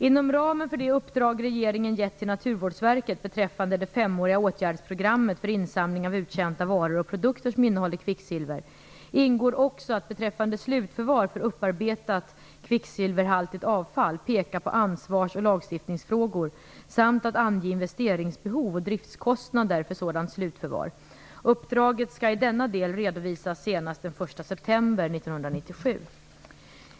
Inom ramen för det uppdrag som regeringen gett till Naturvårdsverket beträffande det femåriga åtgärdsprogrammet för insamling av uttjänta varor och produkter som innehåller kvicksilver ingår också att beträffande slutförvar för upparbetat kvicksilverhaltigt avfall peka på ansvars och lagstiftningsfrågor samt att ange investeringsbehov och driftskostnader för sådant slutförvar. Uppdraget skall i denna del redovisas senast den 1 september 1997.